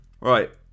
Right